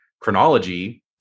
chronology